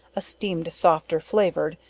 esteemed softer flavored,